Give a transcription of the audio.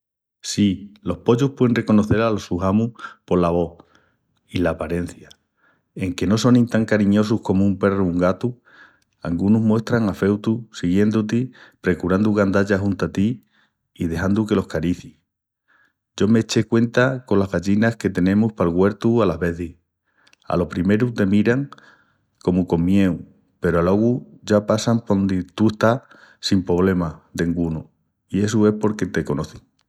Sí, los pollus puein reconocel alos sus amus pola vós i la aparencia. Enque no sonin tan cariñosus comu un perru o un gatu, angunus muestran afeutu siguiendu-ti, precurandu gandalla junta ti i dexandu que los cariciis. Yo m'eché cuenta colas gallinas que tenemus pal güertu alas vezis. Alo primeru te miran comu con mieu peru alogu ya passan pondi tú estás sin pobrema dengunu i essu es porque te conocin.